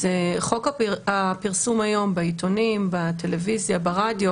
אז חוק הפרסום היום בעיתונים, בטלוויזיה וברדיו